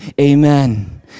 amen